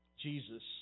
Jesus